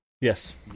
Yes